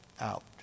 out